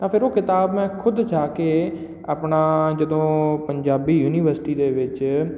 ਤਾਂ ਫਿਰ ਉਹ ਕਿਤਾਬ ਮੈਂ ਖੁਦ ਜਾ ਕੇ ਆਪਣਾ ਜਦੋਂ ਪੰਜਾਬੀ ਯੂਨੀਵਰਸਿਟੀ ਦੇ ਵਿੱਚ